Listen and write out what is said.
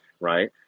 right